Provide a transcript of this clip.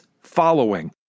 following